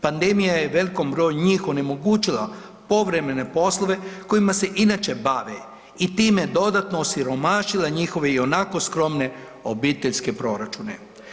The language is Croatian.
Pandemija je velikom broju njih onemogućila povremene poslove kojima se inače bave i time dodatno osiromašila njihove ionako skromne obiteljske proračune.